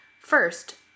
First